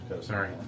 sorry